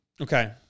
okay